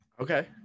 Okay